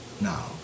now